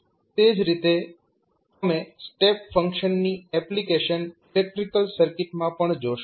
તે જ રીતે તમે સ્ટેપ ફંક્શન ની એપ્લિકેશન ઇલેક્ટ્રિકલ સર્કિટમાં પણ જોશો